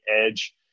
edge